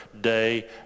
day